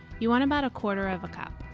you want about a quarter of a cup.